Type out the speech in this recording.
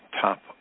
top